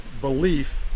belief